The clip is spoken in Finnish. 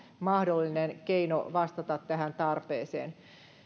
mahdollinen keino vastata tähän tarpeeseen